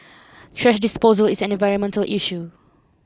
trash disposal is an environmental issue